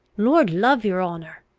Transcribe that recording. lord love your honour!